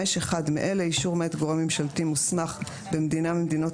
אחד מאלה - אישור מאת גורם ממשלתי מוסמך במדינה ממדינות